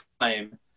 time